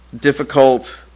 difficult